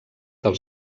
del